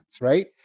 right